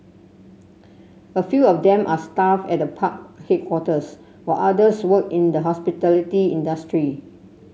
a few of them are staff at the park headquarters while others work in the hospitality industry